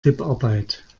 tipparbeit